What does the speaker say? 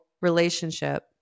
relationship